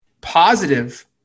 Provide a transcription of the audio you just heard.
positive